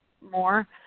more